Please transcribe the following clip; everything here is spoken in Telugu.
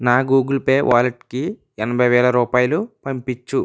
నా గూగుల్ పే వాలెట్కి ఎనభై వేల రూపాయలు పంపించు